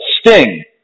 sting